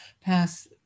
pass